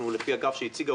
לפי הקו שהיא הציגה,